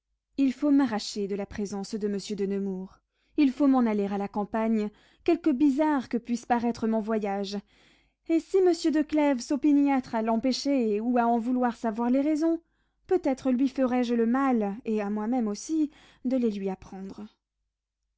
il faut m'arracher de la présence de monsieur de nemours il faut m'en aller à la campagne quelque bizarre que puisse paraître mon voyage et si monsieur de clèves s'opiniâtre à l'empêcher ou à en vouloir savoir les raisons peut-être lui ferai-je le mal et à moi-même aussi de les lui apprendre